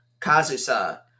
Kazusa